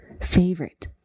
favorite